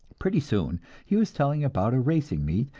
pretty soon he was telling about a racing meet,